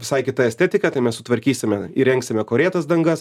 visai kita estetika tai mes sutvarkysime įrengsime korėtas dangas